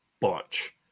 bunch –